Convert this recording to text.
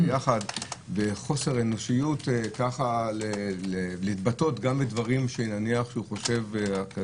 וחוסר אנושיות להתבטא גם בדברים שהוא חושב.